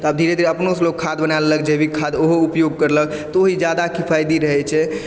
तऽ आब धीरे धीरे अपनो सँ लोग खाद बना लेलक जैविक खाद ओहो उपयोग करलक तऽ ओ जादा किफायती रहै छै